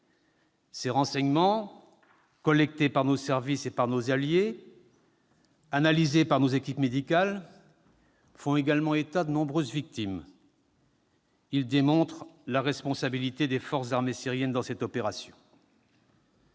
Ces renseignements, collectés par nos services et par nos alliés, analysés par nos équipes médicales, font en outre état des nombreuses victimes. Ils démontrent la responsabilité des forces armées syriennes dans cette opération.